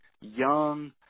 young